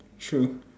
true